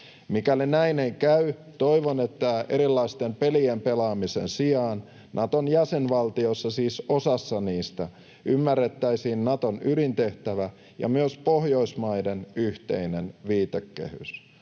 Mikäli näin ei käy, toivon, että erilaisten pelien pelaamisen sijaan Naton jäsenvaltioissa, siis osassa niistä, ymmärrettäisiin Naton ydintehtävä ja myös Pohjoismaiden yhteinen viitekehys.